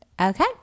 Okay